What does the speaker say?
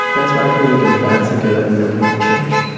that's where i feel we can band together and really make change.